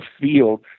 field